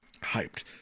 hyped